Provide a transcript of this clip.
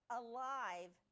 alive